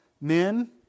men